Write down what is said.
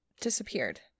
disappeared